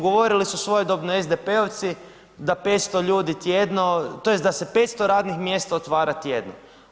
Govorili su svojedobno SDP-ovci da 500 ljudi tjedno tj. da se 500 radnih mjesta otvara tjedno.